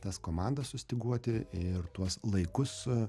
tas komandas sustyguoti ir tuos laikus